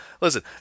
listen